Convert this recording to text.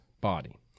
body